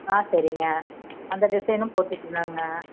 ஆ சரிங்க அந்த டிசைனும் போட்டு விட்டுலாங்க